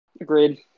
Agreed